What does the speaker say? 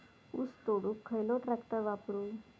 ऊस तोडुक खयलो ट्रॅक्टर वापरू?